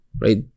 Right